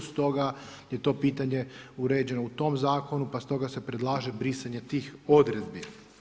Stoga je to pitanje uređeno u tom zakonu, pa stoga se predlaže brisanje tih odredbi.